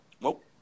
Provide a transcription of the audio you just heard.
nope